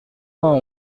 vingt